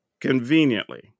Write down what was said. conveniently